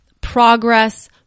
progress